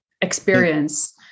experience